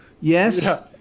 yes